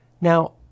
Now